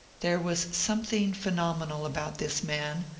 there was something phenomenal about this man,